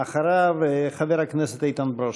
אחריו, חבר הכנסת איתן ברושי.